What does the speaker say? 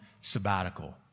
sabbatical